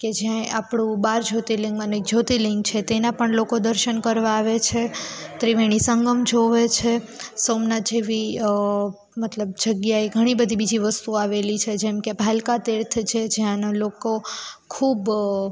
કે જ્યાં આપણું બાર જ્યોતિર્લિંગમાનું એક જ્યોતિર્લિંગ છે તેનાં પણ લોકો દર્શન કરવા આવે છે ત્રિવેણી સંગમ જુએ છે સોમનાથ જેવી મતલબ જગ્યાએ ઘણી બધી બીજી વસ્તુ આવેલી છે જેમકે ભાલકા તીર્થ છે જ્યાંના લોકો ખૂબ